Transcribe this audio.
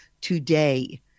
today